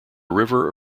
river